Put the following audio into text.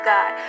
God